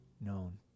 known